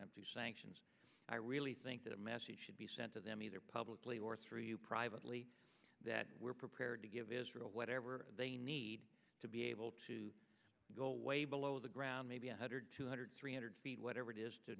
through sanctions i really think that a message should be sent to them either publicly or three you privately that we're prepared to give israel whatever they need to be able to go way below the ground maybe one hundred two hundred three hundred feet whatever it is to